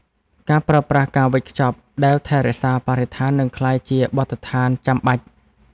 ការប្រើប្រាស់ការវេចខ្ចប់ដែលថែរក្សាបរិស្ថាន នឹងក្លាយជាបទដ្ឋានចាំបាច់។